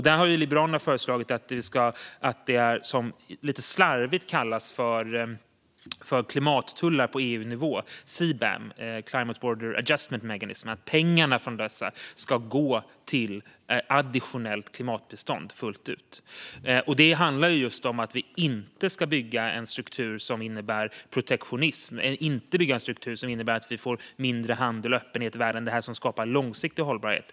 Där har Liberalerna föreslagit att pengarna från det som lite slarvigt kallas för klimattullar på EU-nivå, CBAM, Carbon Border Adjustment Mechanism, ska gå till additionellt klimatbistånd, fullt ut. Det handlar just om att vi inte ska bygga en struktur som innebär protektionism och inte ska bygga en struktur som innebär att vi får mindre handel och öppenhet i världen, det som skapar långsiktig hållbarhet.